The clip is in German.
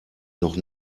noch